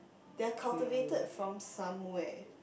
they are cultivated from somewhere